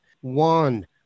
One